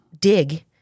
dig